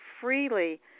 freely